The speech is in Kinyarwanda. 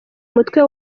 mutwe